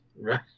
Right